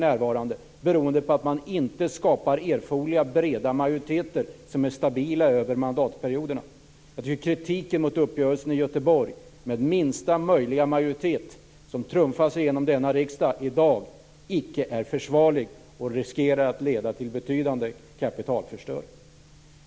Detta beror på att man inte skapar erforderliga breda majoriteter, som är stabila över mandatperioderna. Uppgörelsen i Göteborg med minsta möjliga majoritet, som trumfas igenom denna riksdag i dag, är icke försvarlig. Den riskerar leda till betydande kapitalförstöring.